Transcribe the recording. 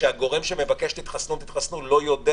כשהגורם שמבקש, תתחסנו, תתחסנו, לא יודע